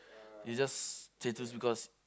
they just tattoos because